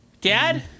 dad